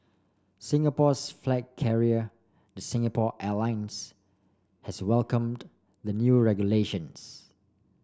Singapore's flag carrier the Singapore Airlines has welcomed the new regulations